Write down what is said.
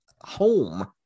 home